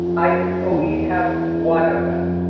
i only have one of them.